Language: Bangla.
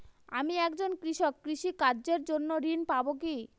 আমি একজন কৃষক কৃষি কার্যের জন্য ঋণ পাব কি?